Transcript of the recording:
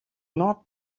not